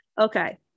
Okay